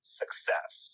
success